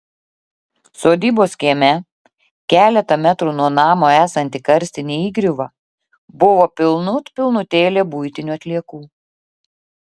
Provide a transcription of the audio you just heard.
sodybos kieme keletą metrų nuo namo esanti karstinė įgriuva buvo pilnut pilnutėlė buitinių atliekų